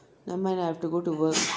nevermind lah I have to go to work